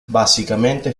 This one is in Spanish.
básicamente